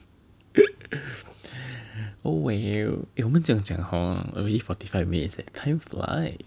oh well eh 我们这样讲 hor already forty five minutes leh time flies